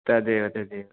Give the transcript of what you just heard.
तदेव तदेव